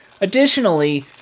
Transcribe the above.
Additionally